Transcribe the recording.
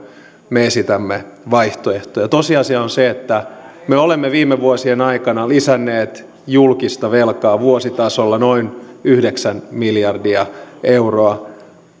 me esitämme vaihtoehtoja tosiasia on se että me olemme viime vuosien aikana lisänneet julkista velkaa vuositasolla noin yhdeksän miljardia euroa